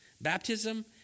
baptism